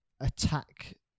attack